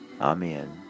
Amen